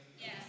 Yes